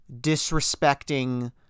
disrespecting